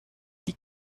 die